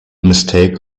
mistake